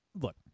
look